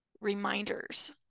reminders